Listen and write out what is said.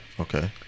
Okay